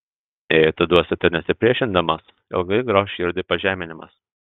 jei atiduosite nesipriešindamas ilgai grauš širdį pažeminimas